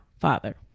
father